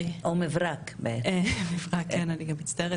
אני גם מצטערת,